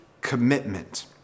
commitment